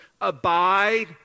abide